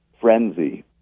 frenzy